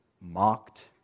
mocked